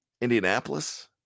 Indianapolis